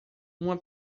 uma